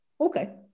okay